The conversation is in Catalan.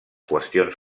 qüestions